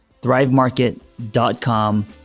thrivemarket.com